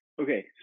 Okay